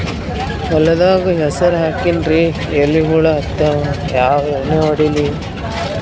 ಹೊಲದಾಗ ಹೆಸರ ಹಾಕಿನ್ರಿ, ಎಲಿ ಹುಳ ಹತ್ಯಾವ, ಯಾ ಎಣ್ಣೀ ಹೊಡಿಲಿ?